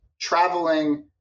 traveling